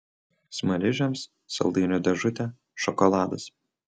smaližiams saldainių dėžutė šokoladas